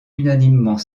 unanimement